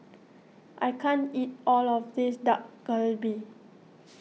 I can't eat all of this Dak Galbi